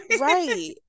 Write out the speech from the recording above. right